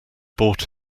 bought